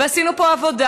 ועשינו פה עבודה,